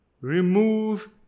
remove